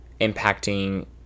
impacting